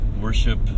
worship